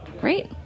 great